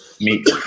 meet